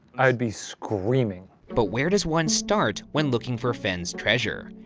i would be screaming. but where does one start when looking for fenn's treasure?